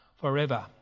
forever